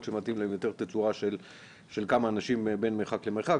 שמתאים להם יותר תצורה של כמה אנשים בין מרחק למרחק.